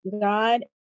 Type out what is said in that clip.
God